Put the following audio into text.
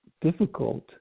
difficult